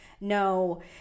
No